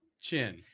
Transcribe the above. chin